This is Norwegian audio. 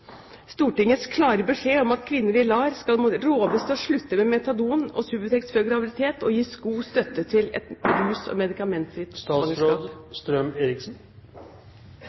Stortingets klare beskjed om at kvinner i LAR skal rådes til å slutte med metadon og Subutex før graviditet og gis god støtte til et rus- og